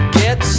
get